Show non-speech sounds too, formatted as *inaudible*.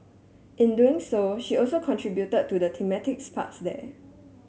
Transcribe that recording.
in doing so she also contributed to the thematic *unintelligible* parks there